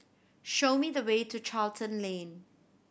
show me the way to Charlton Lane